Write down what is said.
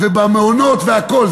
במעונות ובכול.